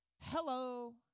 Hello